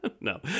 no